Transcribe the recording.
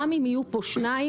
גם אם יהיו פה שניים,